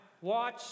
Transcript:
watch